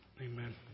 Amen